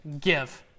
give